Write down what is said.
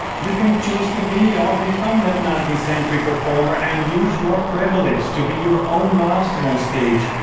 you can choose to be or become that nineteenth century performer and use your privilege to be your own master on stage,